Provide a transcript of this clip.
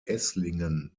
esslingen